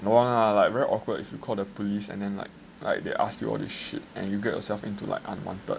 don't want lah like very awkward if you call the police and then like like they ask you all this shit and you get yourself into like unwanted